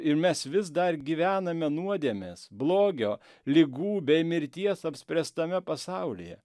ir mes vis dar gyvename nuodėmės blogio ligų bei mirties apspręstame pasaulyje